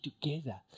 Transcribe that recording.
together